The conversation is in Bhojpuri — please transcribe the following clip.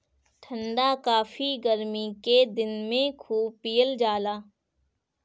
ठंडा काफी गरमी के दिन में खूब पियल जाला